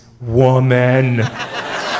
woman